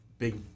Big